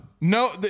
No